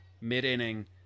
mid-inning